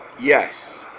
Yes